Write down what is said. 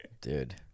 Dude